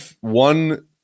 one